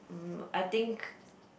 mm I think